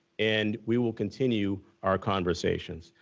and we will continue our conversations.